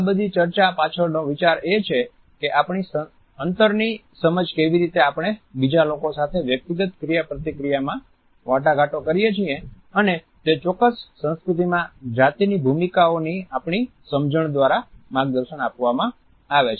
આ બધી ચર્ચા પાછળનો વિચાર એ છે કે આપણી અંતર ની સમજ કેવી રીતે આપણે બીજા લોકો સાથે વ્યક્તિગત ક્રિયાપ્રતિક્રિયા માં વાટાઘાટો કરીએ છીએ અને તે ચોક્કસ સંસ્કૃતિમાં જાતિની ભૂમિકાઓની આપણી સમજણ દ્વારા માર્ગદર્શન આપવામાં આવે છે